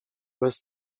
bez